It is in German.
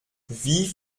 wie